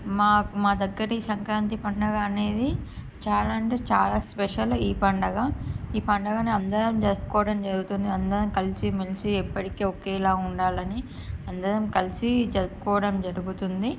మా మా దగ్గర సంక్రాంతి పండుగ అనేది చాలా అంటే చాలా స్పెషల్ ఈ పండుగ ఈ పండుగను అందరం జరుపుకోవడం జరుగుతుంది అందరం కలిసి మెలిసి ఎప్పటికి ఒకేలా ఉండాలని అందరం కలిసి జరుపుకోవడం జరుగుతుంది